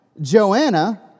Joanna